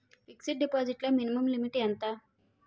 Fixed deposit లో minimum limit ఎంత?